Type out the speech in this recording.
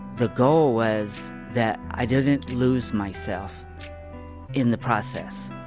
the goal was that i didn't lose myself in the process.